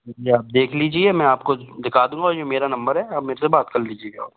अच्छा देख लीजिए मैं आपको दिखा दूँगा ये मेरा नंबर है आप मेरे से बात कर लीजिएगा